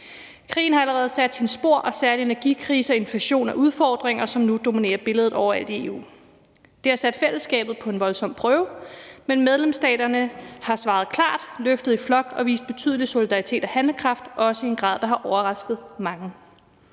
Krigen har allerede sat sine spor, og særlig energikrise og inflation er udfordringer, som nu dominerer billedet overalt i EU. Det har sat fællesskabet på en voldsom prøve, men medlemsstaterne har svaret klart, løftet i flok og vist betydelig solidaritet og handlekraft, også i en grad, der har overrasket mange.